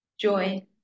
joy